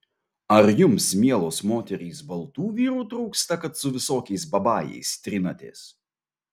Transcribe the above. ar jums mielos moterys baltų vyrų trūksta kad su visokiais babajais trinatės